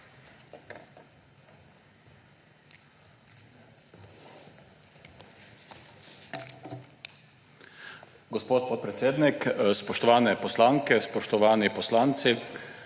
Gospod podpredsednik, spoštovane poslanke, spoštovani poslanci,